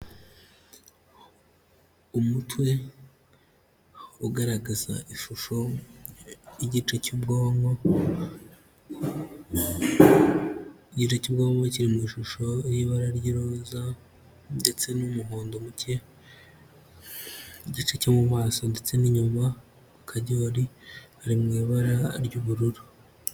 Umutwe ugaragaza ishusho y'igice cy'ubwonko, igice cy'ubwonko kiri mu ishusho y'ibara ry'iroza n'umuhondo muke, igice cyo mu maso ndetse n'inyuma karyori ari mu ibara ry'ubururu.